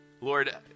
Lord